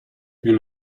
più